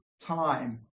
time